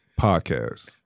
Podcast